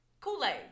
Kool-Aid